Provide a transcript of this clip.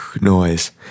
noise